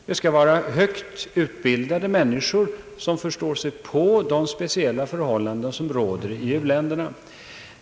Det skall vara högt utbildade människor som förstår sig på de speciella förhållanden som råder i u-länderna.